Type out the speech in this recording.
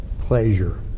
pleasure